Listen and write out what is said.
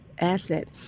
asset